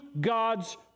God's